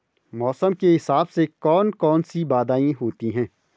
मौसम के हिसाब से कौन कौन सी बाधाएं होती हैं?